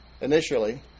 initially